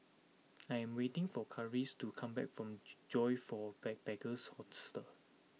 I am waiting for Karis to come back from Joyfor Backpackers' Hostel